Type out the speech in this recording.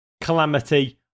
calamity